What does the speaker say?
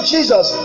Jesus